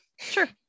Sure